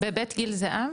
בבית גיל זהב?